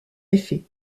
effet